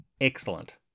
excellent